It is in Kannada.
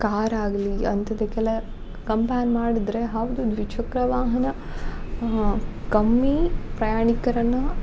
ಕಾರ್ ಆಗಲಿ ಅಂಥದಕ್ಕೆಲ್ಲ ಕಂಪ್ಯಾರ್ ಮಾಡಿದ್ರೆ ಹೌದು ದ್ವಿಚಕ್ರ ವಾಹನ ಕಮ್ಮಿ ಪ್ರಯಾಣಿಕರನ್ನು